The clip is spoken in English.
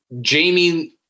Jamie